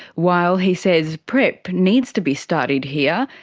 while he says prep needs to be studied here,